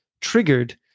triggered